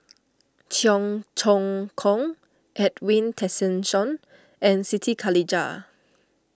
Cheong Choong Kong Edwin Tessensohn and Siti Khalijah